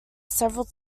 several